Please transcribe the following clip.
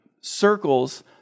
circles